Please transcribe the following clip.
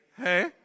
Hey